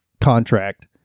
contract